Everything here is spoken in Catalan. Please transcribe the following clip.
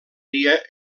dia